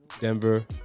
Denver